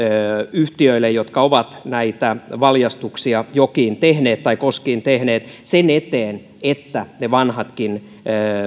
yhtiöille jotka ovat näitä valjastuksia jokiin tai koskiin tehneet sen eteen että ne vanhatkin